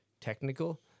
technical